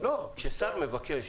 לא, כששר מבקש